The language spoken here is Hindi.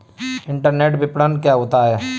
इंटरनेट विपणन क्या होता है?